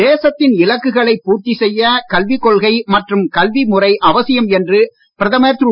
தேசத்தின் இலக்குகளை பூர்த்தி செய்ய கல்விக் கொள்கை மற்றும் கல்வி முறை அவசியம் என்று பிரதமர் திரு